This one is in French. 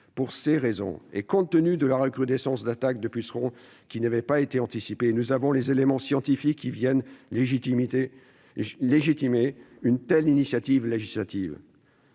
Pour ces raisons, et compte tenu de la recrudescence d'attaques de pucerons, qui n'avait pas été anticipée, nous disposons d'éléments scientifiques pour étayer une telle initiative législative.